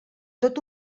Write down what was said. tot